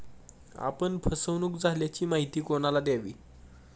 आपण फसवणुक झाल्याची माहिती कोणाला द्यावी?